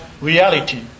reality